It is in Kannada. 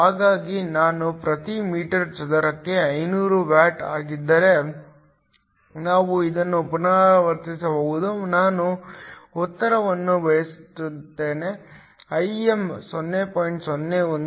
ಹಾಗಾಗಿ ನಾನು ಪ್ರತಿ ಮೀಟರ್ ಚದರಕ್ಕೆ 500 ವ್ಯಾಟ್ ಆಗಿದ್ದರೆ ನಾವು ಇದನ್ನು ಪುನರಾವರ್ತಿಸಬಹುದು ನಾನು ಉತ್ತರವನ್ನು ಬರೆಯುತ್ತೇನೆ Im 0